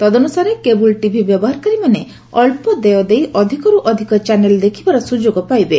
ତଦନୁସାରେ cable TV ବ୍ୟବହାରକାରୀମାନେ ଅଞ୍ଚ ଦେୟ ଦେଇ ଅଧିକରୁ ଅଧିକ ଚ୍ୟାନେଲ୍ ଦେଖିବାର ସୁଯୋଗ ପାଇବେ